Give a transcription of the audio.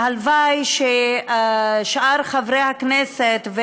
והלוואי ששאר חברי הכנסת,